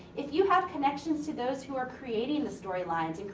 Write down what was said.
if you have connections to those who are creating the storylines,